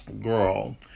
girl